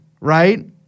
right